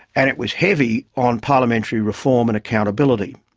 and it was heavy on parliamentary reform, and accountability.